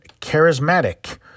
charismatic